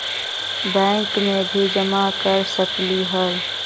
Bank में भी जमा कर सकलीहल?